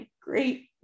great